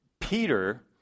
Peter